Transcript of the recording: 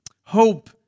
Hope